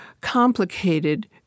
complicated